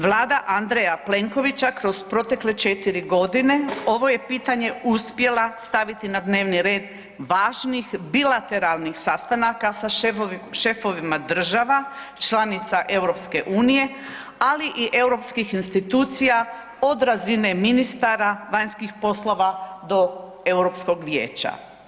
Vlada Andreja Plenkovića kroz protekle četiri godine, ovo je pitanje uspjela staviti na dnevni red važnih bilateralnih sastanaka sa šefovima država članica EU, ali i europskih institucija od razine ministara vanjskih poslova do Europskog vijeća.